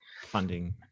funding